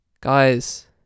guys